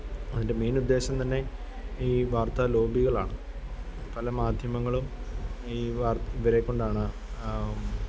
അതിന്റെ മെയിനുദേശം തന്നെ ഈ വാര്ത്താലോബികളാണ് പല മാധ്യമങ്ങളും ഈ ഇവരെക്കൊണ്ടാണ്